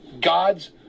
God's